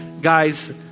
guys